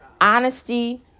honesty